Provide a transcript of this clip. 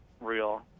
real